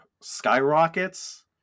skyrockets